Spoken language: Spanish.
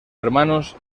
hermanos